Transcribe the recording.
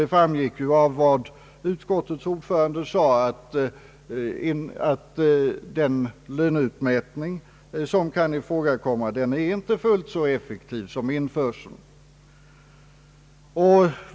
Det framgick ju av vad utskottets ordförande framhöll, nämligen att den löneutmätning som kan ifrågakomma inte är så effektiv som införsel.